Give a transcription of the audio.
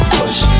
push